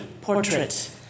portrait